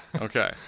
Okay